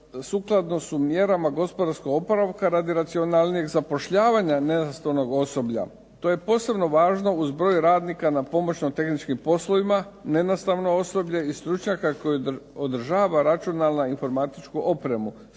sukladno su mjerama gospodarskog oporavka radi racionalnijeg zapošljavanja nenastavnog osoblja. To je posebno važno uz broj radnika na pomoćno tehničkim poslovima, nenastavno osoblje i stručnjaka koji održava računalno-informatičku opremu.